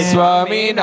Swami